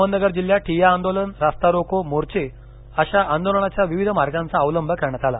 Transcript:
अहमदनगर जिल्ह्यात ठिय्या आंदोलन रास्ता रोको मोर्चे अशा आंदोलनाच्या विविध मार्गांचा अवलंब करण्यात आला